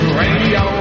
radio